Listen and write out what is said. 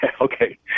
Okay